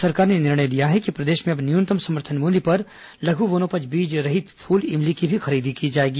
राज्य सरकार ने निर्णय लिया है कि प्रदेश में अब न्यूनतम समर्थन मूल्य पर अब लघु वनोपज बीज रहित फूल इमली की भी खरीदी की जाएगी